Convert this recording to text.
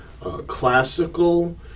classical